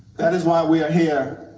that is why we are here,